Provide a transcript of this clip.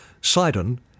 Sidon